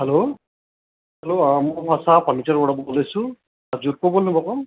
hello hello म साहा फर्निचरबाट बोल्दैछु हजुर को बोल्नुभएको